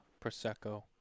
Prosecco